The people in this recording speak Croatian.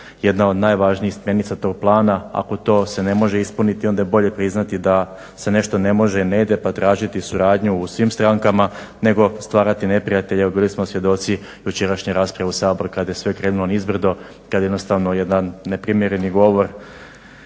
jedna od najvažnijih smjernica tog plana, ako to se ne može ispuniti, onda je bolje priznati da se nešto ne može i ne ide pa tražiti suradnju u svim strankama, nego stvarati neprijatelje. Evo bili smo svjedoci jučerašnje rasprave u Saboru kada je sve krenulo nizbrdo, kad jednostavno jedan neprimjereni govor